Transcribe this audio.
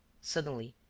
suddenly,